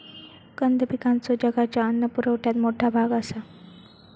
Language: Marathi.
कंद पिकांचो जगाच्या अन्न पुरवठ्यात मोठा भाग आसा